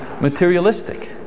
materialistic